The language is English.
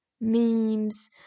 memes